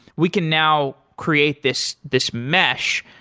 we can now create this this mesh,